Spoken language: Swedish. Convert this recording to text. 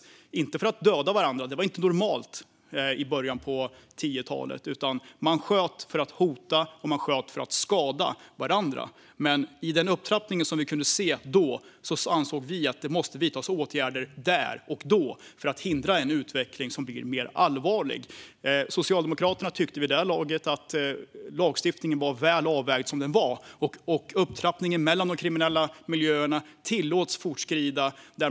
Men det var inte för att döda varandra, för det var inte normalt i början på 10-talet. Man sköt för att hota, och man sköt för att skada varandra. Men i den upptrappning som vi då kunde se ansåg vi att det måste vidtas åtgärder där och då för att hindra en utveckling som blir mer allvarlig. Socialdemokraterna tyckte vid det laget att lagstiftningen var väl avvägd som den var, och upptrappningen mellan de kriminella miljöerna tilläts fortskrida.